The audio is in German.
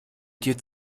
dir